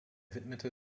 widmete